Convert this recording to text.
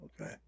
Okay